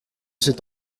cet